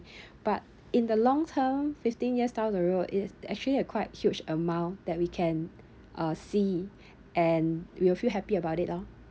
but in the long term fifteen years down the road it's actually a quite huge amount that we can uh see and will feel happy about it orh